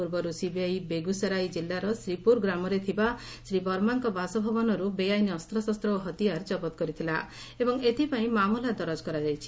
ପୂର୍ବରୁ ସିବିଆଇ ବେଗୁସରାଇ କିଲ୍ଲାର ଶ୍ରୀପୁର ଗ୍ରାମରେ ଥିବା ଶ୍ରୀ ବର୍ମାଙ୍କ ବାସଭବନରୁ ବେଆଇନ ଅସ୍ତଶସ୍ତ ଓ ହତିଆର ଜବତ କରିଥିଲା ଏବଂ ଏଥିପାଇଁ ମାମଲା ଦରଜ କରାଯାଇଛି